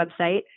website